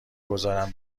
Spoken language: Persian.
گذارم